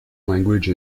language